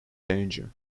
danger